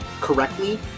correctly